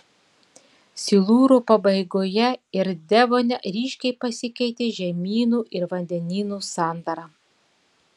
silūro pabaigoje ir devone ryškiai pasikeitė žemynų ir vandenynų sandara